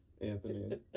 Anthony